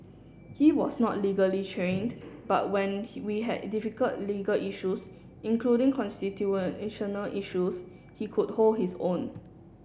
he was not legally trained but when we had difficult legal issues including constitutional issues he could hold his own